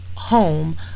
Home